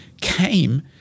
came